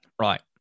Right